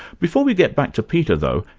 before we get back to peter, though,